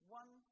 one